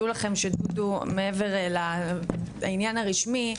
תדעו לכם שדודו מעבר לעניין הרשמי,